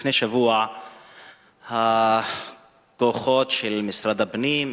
לפני שבוע הכוחות של משרד הפנים,